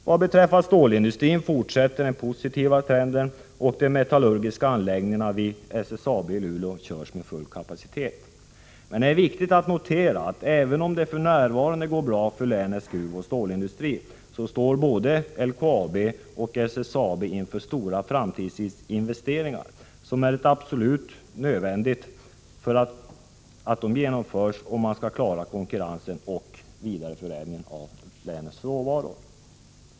Vad beträffar stålindustrin fortsätter den positiva trenden, och de metallurgiska anläggningarna vid SSAB i Luleå körs med full kapacitet. Men det är viktigt att notera att även om det f. n. går bra för länets gruvoch stålindustri, står både LKAB och SSAB inför stora framtidsinvesteringar, som är absolut nödvändiga att genomföra om man skall klara konkurrensen och vidareförädlingen av länets råvaror.